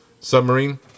submarine